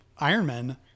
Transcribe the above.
Ironman